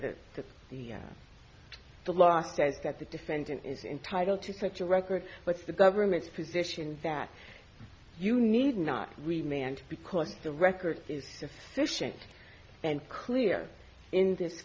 that to the the law says that the defendant is entitled to such a record but the government's position is that you need not remain and because the record is sufficient and clear in this